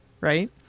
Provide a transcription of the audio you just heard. right